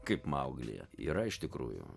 kaip mauglyje yra iš tikrųjų